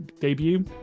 debut